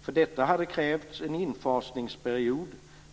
För detta hade krävts en infasningsperiod